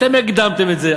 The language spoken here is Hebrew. אתם הקדמתם את זה.